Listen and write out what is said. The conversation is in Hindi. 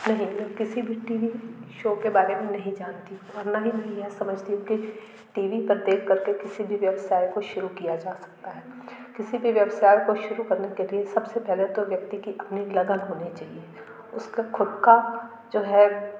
नहीं मैं किसी भी टी वी शो के बारे मे नहीं जानती और ना ही यह समझती हूँ कि टी वी पर देख कर के किसी भी व्यवसाय को शुरू किया जा सकता है किसी भी व्यवसाय को शुरू करने के लिए सब से पहले तो व्यक्ति की अपनी लगन होनी चाहिए उसका ख़ुद का जो है